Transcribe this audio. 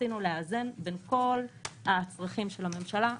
רצינו לאזן בין כל הצרכים של הממשלה,